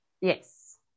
Yes